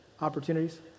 opportunities